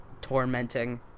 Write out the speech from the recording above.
tormenting